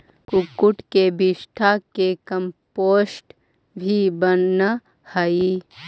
कुक्कुट के विष्ठा से कम्पोस्ट भी बनअ हई